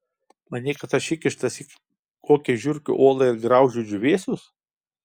manei kad aš įkištas į kokią žiurkių olą ir graužiu džiūvėsius